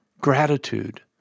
gratitude